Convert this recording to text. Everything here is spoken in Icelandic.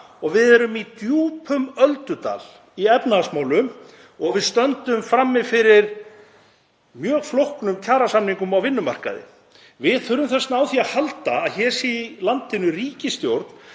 og við erum í djúpum öldudal í efnahagsmálum og stöndum frammi fyrir mjög flóknum kjarasamningum á vinnumarkaði. Við þurfum þess vegna á því að halda að hér sé í landinu ríkisstjórn